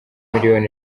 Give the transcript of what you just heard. miliyoni